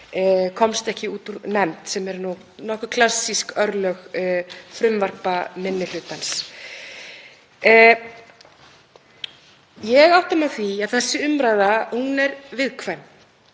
komst ekki út úr nefnd, sem eru nú nokkuð klassísk örlög frumvarpa minni hlutans. Ég átta mig á því að þessi umræða er viðkvæm